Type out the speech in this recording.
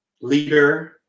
leader